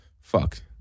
Fuck